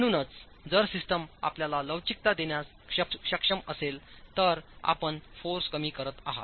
म्हणूनचजर system आपल्याला लवचिकता देण्यास सक्षम असेल तरआपण फोर्सकमी करतआहात